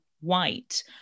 white